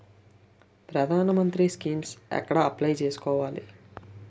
ప్రధాన మంత్రి స్కీమ్స్ ఎక్కడ అప్లయ్ చేసుకోవాలి?